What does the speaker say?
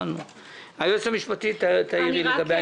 היועצת המשפטית, תעירי לגבי העניין.